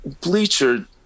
Bleacher